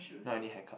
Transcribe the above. no I need haircut